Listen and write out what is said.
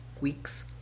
weeks